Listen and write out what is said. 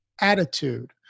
attitude